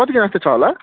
कतिजना जस्तो छ होला